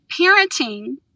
parenting